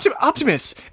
Optimus